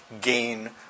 gain